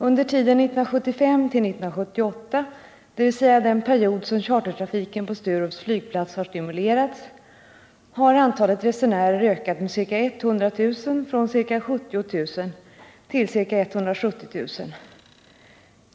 Under tiden 1975-1978, dvs. den period som chartertrafiken på Sturups flygplats har stimulerats, har antalet resenärer ökat med ca 100 000 från ca 70 000 till ca 170 000.